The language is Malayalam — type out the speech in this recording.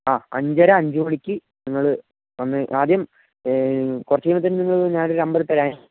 ആ അഞ്ചര അഞ്ച് മണിക്ക് നിങ്ങൾ വന്ന് ആദ്യം കുറച്ച് കഴിയുമ്പം തന്നെ നിങ്ങൾ ഞാൻ ഒരു നമ്പർ ഇട്ട് തരാം